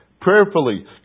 Prayerfully